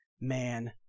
man